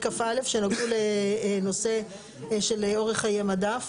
פרק כ"א שנוגע לנושא של אורך חיי מדף.